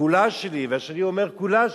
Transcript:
כולה שלי, והשני אומר: כולה שלי.